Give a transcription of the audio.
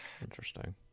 Interesting